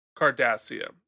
Cardassia